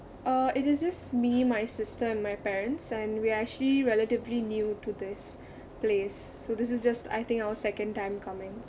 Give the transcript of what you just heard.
uh it is just me my sister and my parents and we are actually relatively new to this place so this is just I think our second time coming